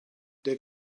der